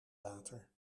water